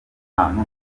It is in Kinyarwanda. ahantu